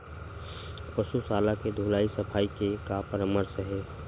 पशु शाला के धुलाई सफाई के का परामर्श हे?